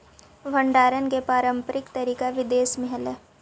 भण्डारण के पारम्परिक तरीका भी देश में हलइ